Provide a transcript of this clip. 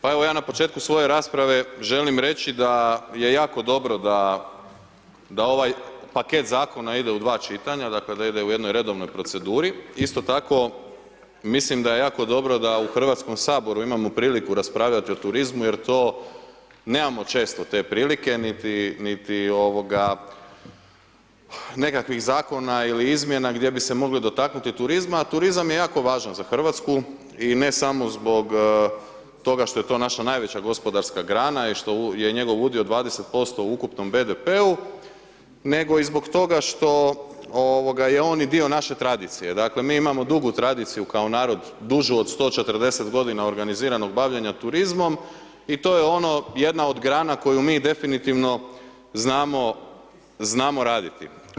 Pa evo ja na početku svoje rasprave želim reći da je jako dobro da, da ovaj paket Zakona ide u dva čitanja, dakle da ide u jednoj redovnoj proceduri, isto tako mislim da je jako dobro da u Hrvatskom saboru imamo priliku raspravljati o turizmu jer to nemamo često te prilike, niti nekakvih Zakona ili izmjena gdje bi se mogli dotaknuti turizma, a turizam je jako važan za Hrvatsku i ne samo zbog toga što je to naša najveća gospodarska grana i što je njegov udio 20% u ukupnom BDP-u, nego i zbog toga što je on i dio naše tradicije, Dakle mi imamo dugu tradiciju kao narod, dužu od 140 godina organiziranog bavljenja turizmom i to je ono, jedna od grana koju mi definitivno znamo raditi.